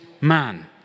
man